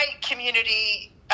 community